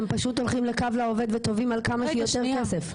הם פשוט הולכים ל"קו לעובד" ותובעים על כמה שיותר כסף.